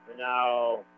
Now